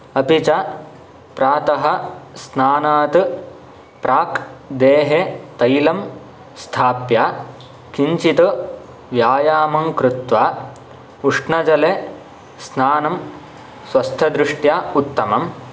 अपि च प्रातः स्नानात् प्राक् देहे तैलं स्थाप्य किञ्चित् व्यायामं कृत्वा उष्णजले स्नानं स्वस्थदृष्ट्या उत्तमम्